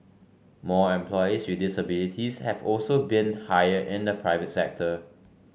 more employees with disabilities have also been hired in the private sector